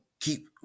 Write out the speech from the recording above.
keep